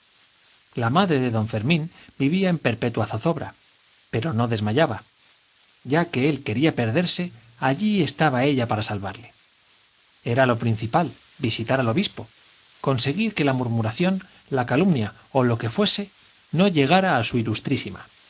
la madre de don fermín vivía en perpetua zozobra pero no desmayaba ya que él quería perderse allí estaba ella para salvarle era lo principal visitar al obispo conseguir que la murmuración la calumnia o lo que fuese no llegara a su ilustrísima